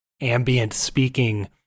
ambient-speaking